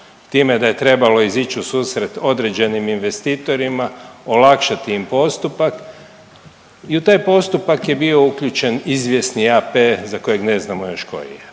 time da je trebalo izići u susret određenim investitorima, olakšati im postupak i u taj postupak je bio uključen izvjesni AP za kojeg ne znamo još koji je.